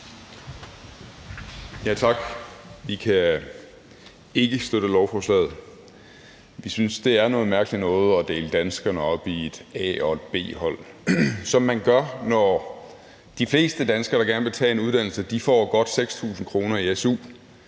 Tak. Vi kan ikke støtte lovforslaget. Vi synes, det er noget mærkeligt noget at dele danskerne op i et A- og et B-hold, som man gør, når de fleste danskere, der gerne vil tage en uddannelse, får godt 6.000 kr. i su,